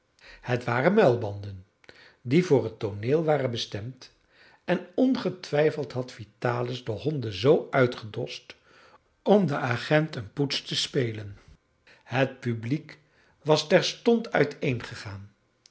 het waren muilbanden die voor het tooneel waren bestemd en ongetwijfeld had vitalis de honden zoo uitgedost om den agent een poets te spelen het publiek was terstond uiteen